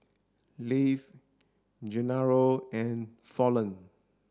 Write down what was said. Leif Gennaro and Fallon